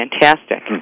fantastic